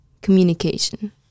Communication